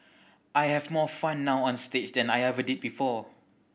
I have more fun now on stage than I ever did before